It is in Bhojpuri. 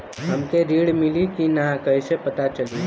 हमके ऋण मिली कि ना कैसे पता चली?